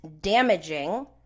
damaging